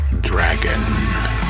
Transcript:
Dragon